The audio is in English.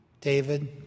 David